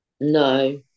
No